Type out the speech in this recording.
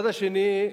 מהצד השני,